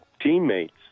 Teammates